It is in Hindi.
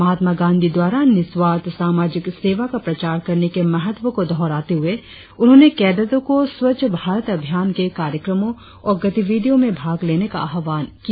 महात्मा गांधी द्वारा निस्वार्थ सामाजिक सेवा का प्रचार करने के महत्व को दौराते हुए उन्होंने कैडेटों को स्वच्छ भारत अभियान के कार्यक्रमों और गतिविधियों में भाग लेने का आह्वान किया